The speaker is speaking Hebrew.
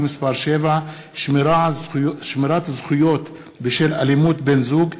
מס' 7) (שמירת זכויות בשל אלימות בן-זוג),